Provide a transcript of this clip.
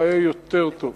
אלא יהיה יותר טוב,